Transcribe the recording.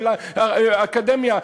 של אקדמיה,